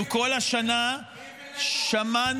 אנחנו כל השנה שמענו.